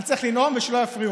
אני צריך לנאום, ושלא יפריעו לי.